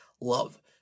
love